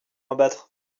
abattre